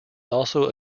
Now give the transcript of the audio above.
also